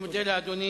אני מודה לאדוני.